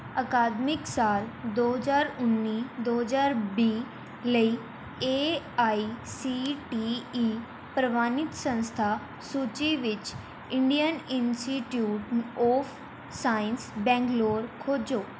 ਅਕਾਦਮਿਕ ਸਾਲ ਦੋ ਹਜ਼ਾਰ ਉੱਨੀ ਦੋ ਹਜ਼ਾਰ ਵੀਹ ਲਈ A I C T E ਪ੍ਰਵਾਨਿਤ ਸੰਸਥਾ ਸੂਚੀ ਵਿੱਚ Indian institute of science Bangalore ਖੋਜੋ